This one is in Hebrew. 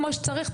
כמו שצריך,